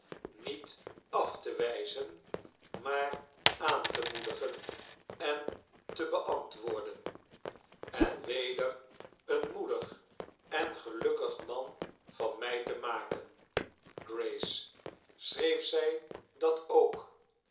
niet af te wijzen maar aan te moedigen en te beantwoorden en weder een moedig en gelukkig man van mij te maken graces schreef zij dat ook